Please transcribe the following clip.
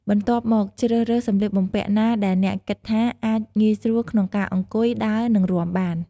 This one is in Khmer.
បន្ទាប់មកជ្រើសរើសសម្លៀកបំពាក់ណាដែលអ្នកគិតថាអាចងាយស្រួលក្នុងការអង្គុយ ដើរ និងរាំបាន។